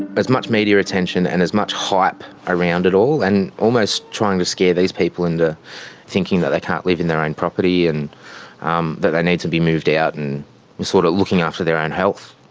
as much media attention and as much hype around it all and almost trying to scare these people into thinking that they can't live in their own property and um that they need to be moved out and sort of looking after their own health.